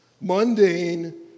Mundane